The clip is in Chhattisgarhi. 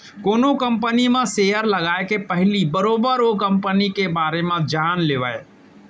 कोनो कंपनी म सेयर लगाए के पहिली बरोबर ओ कंपनी के बारे म जान लेवय